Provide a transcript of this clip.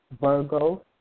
Virgo